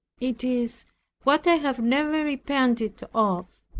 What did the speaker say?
it is what i have never repented of,